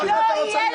ככה אתה רוצה להיות